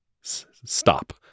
stop